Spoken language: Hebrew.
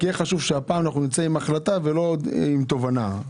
עם החלטה, לא עם תובנה.